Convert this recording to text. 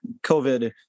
COVID